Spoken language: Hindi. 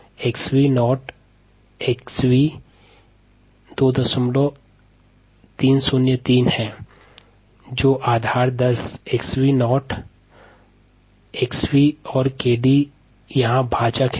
इस प्रकार xv नॉट से xv तक जीवित कोशिका की सांद्रता कमी के लिए आवश्यक समय के लिए अभिव्यक्ति 2303kd xv नाट xv के आधार 10 का लाग हैं